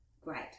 Great